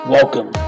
Welcome